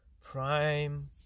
prime